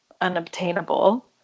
unobtainable